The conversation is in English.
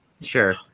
sure